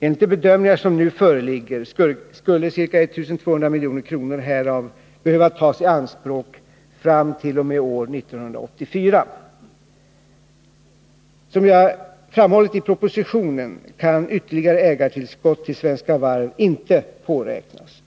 Enligt de bedömningar som nu föreligger skulle ca 1200 milj.kr. härav behöva tas i anspråk fram t.o.m. år 1984. Som jag framhållit i propositionen kan ytterligare ägartillskott till Svenska Varv inte påräknas.